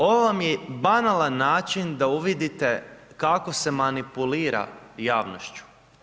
Ovo vam je banalan način da uvidite kako se manipulira javnošću.